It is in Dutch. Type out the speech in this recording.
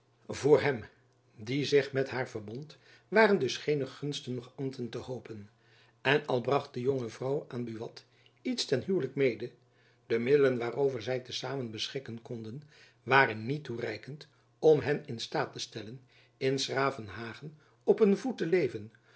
voor hem die zich met haar verbond waren dus geene gunsten noch ambten te hopen en al bracht de jonge vrouw aan buat iets ten huwelijk mede de middelen waarover zy te samen beschikken konden waren niet toereikend om hen in staat te stellen in s gravenhage op een voet te leven